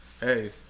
hey